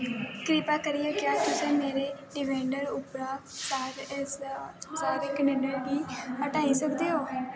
किरपा करियै क्या तुस मेरे कलैंडर उप्परां सारे क्लेंटर गी हटाई सकदे ओ